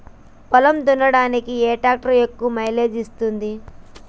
పొలం దున్నడానికి ఏ ట్రాక్టర్ ఎక్కువ మైలేజ్ ఇస్తుంది?